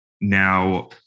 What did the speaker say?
Now